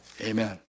Amen